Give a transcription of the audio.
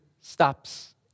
stops